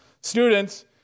students